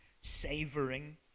savoring